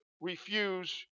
refuse